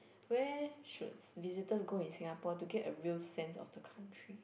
where should visitors go in Singapore to get a real sense of the country